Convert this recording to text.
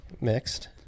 Mixed